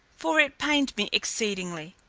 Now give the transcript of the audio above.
for it pained me exceedingly,